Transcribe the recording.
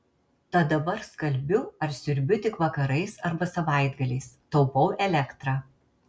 tad dabar skalbiu ar siurbiu tik vakarais arba savaitgaliais taupau elektrą